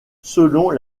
selon